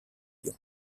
view